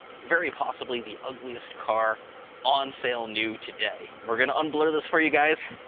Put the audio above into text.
very possibly the ugliest car on sale new today. we're gonna unblur this for you guys,